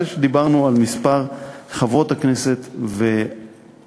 אחרי שדיברנו על מספר חברות הכנסת והשרות.